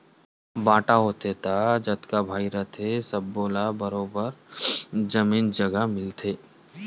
बांटा हिस्सा होथे त जतका भाई रहिथे सब्बो ल बरोबर जमीन जघा मिलथे